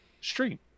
stream